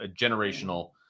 generational